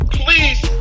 please